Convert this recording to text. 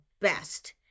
best